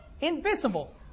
invisible